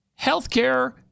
healthcare